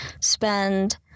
spend